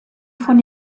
von